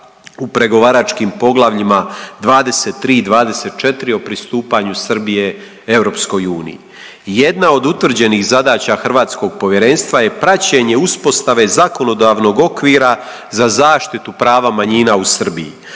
u pregovaračkim poglavljima 23 i 24 o pristupanju Srbije Europskoj uniji. Jedna od utvrđenih zadaća hrvatskog povjerenstva je praćenje uspostave zakonodavnog okvira za zaštitu prava manjina u Srbiji,